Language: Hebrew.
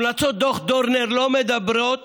המלצות דוח דורנר לא מדברות